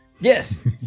Yes